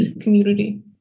community